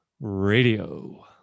radio